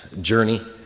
journey